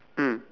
mm